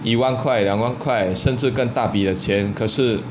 一万块两万块甚至更大笔的钱可是